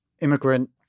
immigrant